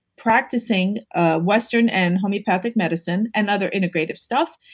practicing ah western and homeopathic medicine, and other integrative stuff.